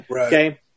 okay